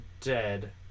dead